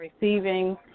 receiving